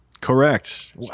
Correct